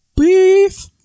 Beef